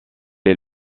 est